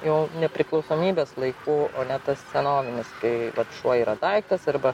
jau nepriklausomybės laikų o ne tas senovinis kai vat šuo yra daiktas arba